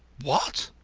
what?